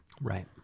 Right